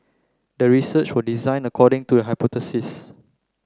the research was designed according to the hypothesis